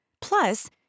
Plus